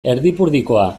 erdipurdikoa